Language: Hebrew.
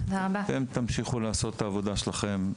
אתם תמשיכו לעשות את העבודה שלכם,